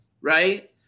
right